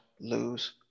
lose